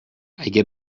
اگه